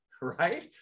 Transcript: right